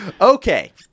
Okay